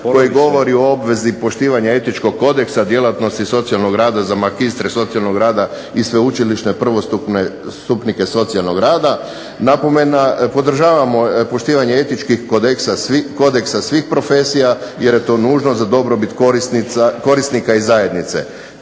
koji govori o obvezi poštivanja etičkog kodeksa djelatnosti socijalnog rada, za magistre socijalnog rada i sveučilišne prvostupnike socijalnog rada. Napomena, podržavamo poštivanje etičkih kodeksa svih profesija, jer je to nužno za dobrobit korisnika i zajednice.